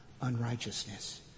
unrighteousness